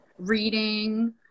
reading